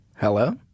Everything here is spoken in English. Hello